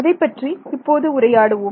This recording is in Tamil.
அதைப்பற்றி இப்போது கலந்துரையாடுவோம்